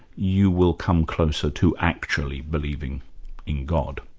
you will come closer to actually believing in god.